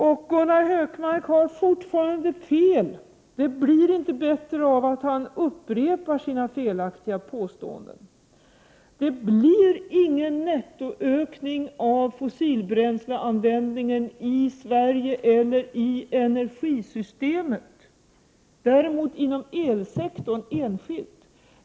Gunnar Hökmark har fortfarande fel; det blir inte bättre av att han upprepar sina felaktiga påståenden. Det blir ingen nettoökning av fossilbränsleanvändningen i Sverige eller i energisystemet, däremot inom elsektorn enskilt.